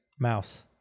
Mouse